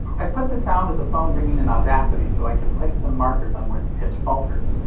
i've put the sound of the phone ringing in audacity so i could place some markers on where the pitch falters.